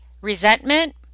resentment